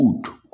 good